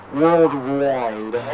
worldwide